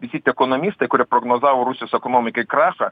visi tie ekonomistai kurie prognozavo rusijos ekonomikai krachą